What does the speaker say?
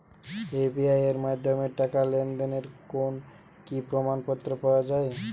UPI এর মাধ্যমে টাকা লেনদেনের কোন কি প্রমাণপত্র পাওয়া য়ায়?